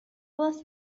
was